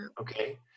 Okay